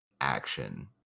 action